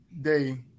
day